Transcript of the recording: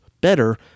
better